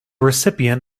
recipient